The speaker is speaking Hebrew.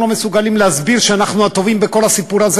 לא מסוגלים להסביר לעולם שאנחנו הטובים בכל הסיפור הזה.